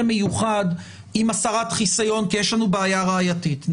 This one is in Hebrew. מיוחד עם הסרת חיסיון כי יש לנו בעיה ראייתית,